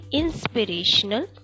inspirational